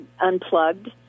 unplugged